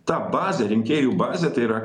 ta bazė rinkėjų bazė tai yra